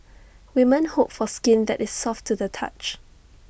women hope for skin that is soft to the touch